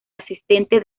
asistente